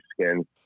skin